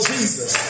Jesus